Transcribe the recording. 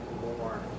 more